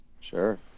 sure